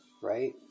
right